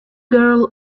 girl